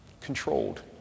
controlled